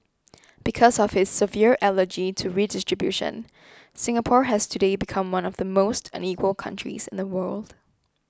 because of his severe allergy to redistribution Singapore has today become one of the most unequal countries in the world